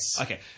Okay